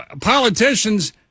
politicians